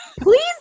Please